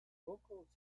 locals